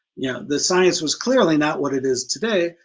yeah the science was clearly not what it is today,